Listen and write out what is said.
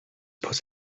put